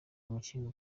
umukinnyi